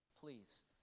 please